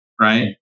right